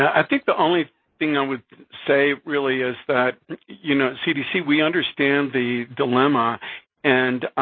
i think the only thing i would say really is that, you know, at cdc, we understand the dilemma and,